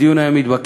הדיון היה מתבקש.